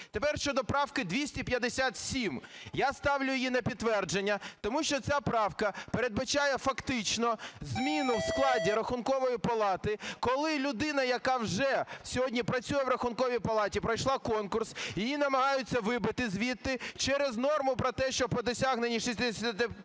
Тепер щодо правки 257. Я ставлю її на підтвердження. Тому що ця правка передбачає фактично зміну в складі Рахункової палати. Коли людина, яка вже сьогодні працює в Рахунковій палаті, пройшла конкурс, її намагаються вибити звідти через норму про те, що по досягненню 65-річного